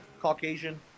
Caucasian